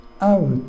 out